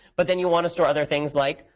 but then, you want to store other things like,